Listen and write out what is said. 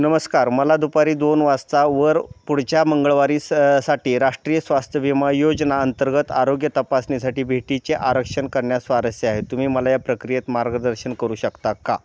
नमस्कार मला दुपारी दोन वाजतावर पुढच्या मंगळवारी सा साठी राष्ट्रीय स्वास्थ्य विमा योजना अंतर्गत आरोग्य तपासणीसाठी भेटीचे आरक्षण करण्यास स्वारस्य आहे तुम्ही मला या प्रक्रियेत मार्गदर्शन करू शकता का